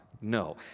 No